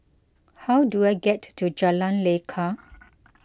how do I get to Jalan Lekar